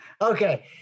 Okay